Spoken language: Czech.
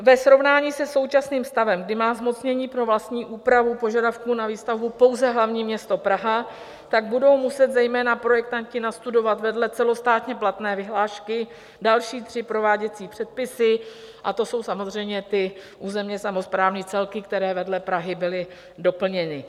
Ve srovnání se současným stavem, kdy má zmocnění pro vlastní úpravu požadavků na výstavbu pouze hlavní město Praha, tak budou muset zejména projektanti nastudovat vedle celostátně platné vyhlášky další tři prováděcí předpisy, a to jsou samozřejmě ty územně samosprávní celky, které vedle Prahy byly doplněny.